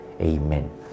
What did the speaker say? Amen